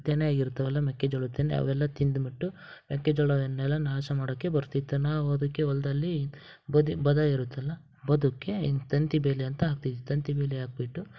ತೆನೆಯಾಗಿರ್ತಾವಲ ಮೆಕ್ಕೆಜೋಳದ ತೆನೆ ಅವೆಲ್ಲ ತಿಂದು ಬಿಟ್ಟು ಮೆಕ್ಕೆಜೋಳವನ್ನೆಲ್ಲ ನಾಶ ಮಾಡೋಕ್ಕೆ ಬರ್ತಿತ್ತು ನಾವು ಅದಕ್ಕೆ ಹೊಲ್ದಲ್ಲಿ ಬದಿ ಬದು ಇರುತ್ತಲ್ಲ ಬದುಗೆ ಹಿಂಗ್ ತಂತಿ ಬೇಲಿ ಅಂತ ಹಾಕ್ತೀವಿ ತಂತಿ ಬೇಲಿ ಹಾಕಿಬಿಟ್ಟು